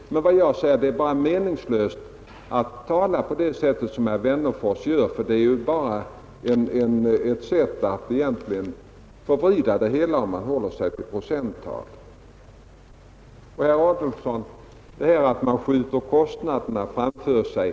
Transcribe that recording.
Som jag ser det är det meningslöst att tala på det sätt som herr Wennerfors gör. Om man håller sig till procenttal så förvrider man bara det hela. Sedan talade herr Adolfsson om att skjuta kostnaderna framför sig.